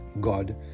God